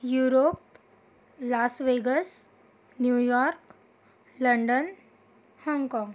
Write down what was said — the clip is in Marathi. Europe Las Vegas New York London हाँगकाँग